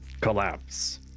collapse